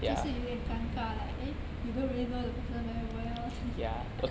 就是有一点尴尬 like eh you don't really know the person very well then